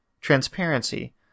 Transparency